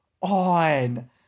on